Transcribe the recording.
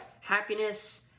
happiness